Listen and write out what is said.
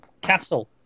castle